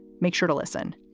make sure to listen.